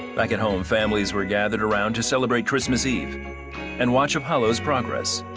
back at home, families were gathered around to celebrate christmas eve and watch apollo's progress.